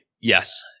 Yes